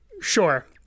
sure